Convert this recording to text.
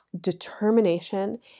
determination